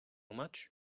much